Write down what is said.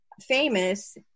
famous